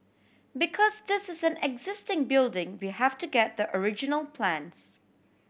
because this is an existing building we have to get the original plans